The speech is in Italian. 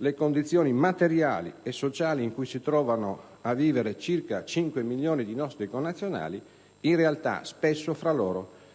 le condizioni materiali e sociali in cui si trovano a vivere circa 5 milioni di nostri connazionali in realtà spesso fra loro